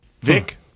Vic